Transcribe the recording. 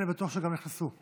ואני בטוח שגם נכנסו ללבבות.